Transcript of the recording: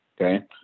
okay